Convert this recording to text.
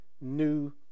new